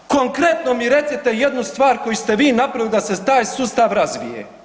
Konkretno mi recite jednu stvar koju ste vi napravili da se taj sustav razvije?